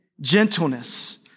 gentleness